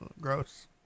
gross